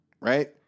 right